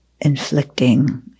inflicting